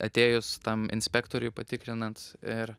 atėjus tam inspektoriui patikrinant ir